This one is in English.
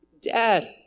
Dad